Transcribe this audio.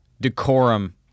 decorum